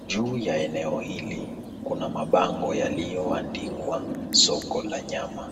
Juu ya eneo hili kuna mabango yaliyoandikwa soko la nyama.